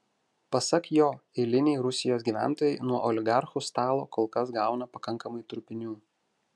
pasak jo eiliniai rusijos gyventojai nuo oligarchų stalo kol kas gauna pakankamai trupinių